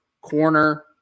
corner